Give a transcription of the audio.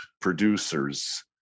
producers